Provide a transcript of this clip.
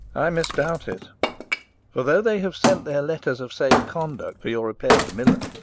i misdoubt it for though they have sent their letters of safe-conduct for your repair to milan,